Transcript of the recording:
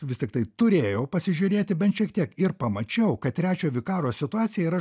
vis tiktai turėjau pasižiūrėti bent šiek tiek ir pamačiau kad trečio vikaro situacija yra